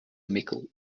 mickle